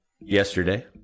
yesterday